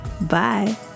Bye